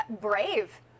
brave